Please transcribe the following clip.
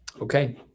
Okay